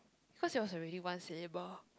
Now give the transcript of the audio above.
cause yours already one syllable